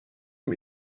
dem